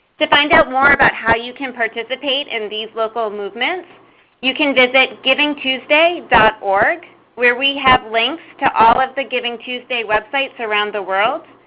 to find out more about how you can participate in these local movements you can visit givingtuesday dot org where we have links to all of the givingtuesday websites around the world,